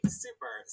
super